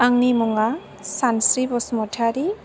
आंनि मुङा सानस्रि बसुमतारि